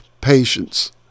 patience